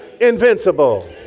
invincible